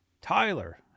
Tyler